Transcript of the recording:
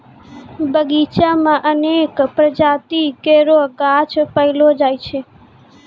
बगीचा म अनेक प्रजाति केरो गाछ पैलो जाय छै